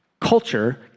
culture